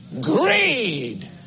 greed